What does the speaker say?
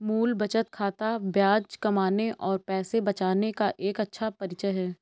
मूल बचत खाता ब्याज कमाने और पैसे बचाने का एक अच्छा परिचय है